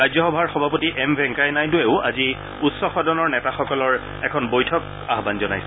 ৰাজ্যসভাৰ সভাপতি এম ভেংকায়া নাইডুৰেও আজি উচ্চ সদনৰ নেতাসকলৰ এখন বৈঠকৰ আহ্বান জনাইছে